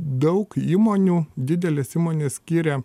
daug įmonių didelės įmonės skiria